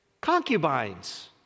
concubines